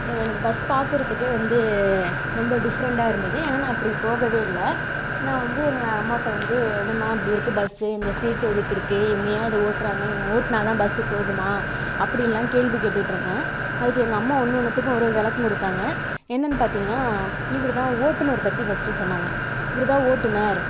எனக்கு பஸ் பார்க்குறத்துக்கே வந்து ரொம்ப டிஃப்ரெண்ட்டாக இருந்தது ஏன்னால் நான் அப்படி போகவே இல்லை நான் வந்து எங்கள் அம்மாகிட்ட வந்து என்னம்மா இப்படி இருக்குது பஸ்ஸு இந்த சீட் எதுக்கு இருக்குது இவங்க ஏன் இது ஓட்டுறாங்க இவங்க ஓட்டுனாதா தான் பஸ்ஸு போகுமா அப்படின்லாம் கேள்வி கேட்டுகிட்ருந்தேன் அதுக்கு எங்கள் அம்மா ஒன்று ஒன்றுத்துக்கும் ஒரு ஒரு விளக்கம் கொடுத்தாங்க என்னென்னு பார்த்திங்கன்னா இவரு தான் ஓட்டுநர் பற்றி ஃபர்ஸ்ட்டு சொன்னாங்க இவரு தான் ஓட்டுநர்